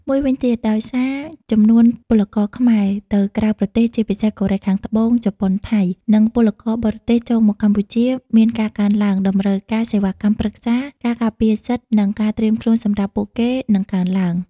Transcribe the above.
មួយវិញទៀត ដោយសារចំនួនពលករខ្មែរទៅក្រៅប្រទេស (ជាពិសេសកូរ៉េខាងត្បូង ជប៉ុន ថៃ) និងពលករបរទេសចូលមកកម្ពុជាមានការកើនឡើង តម្រូវការសេវាកម្មប្រឹក្សា ការការពារសិទ្ធិ និងការត្រៀមខ្លួនសម្រាប់ពួកគេនឹងកើនឡើង។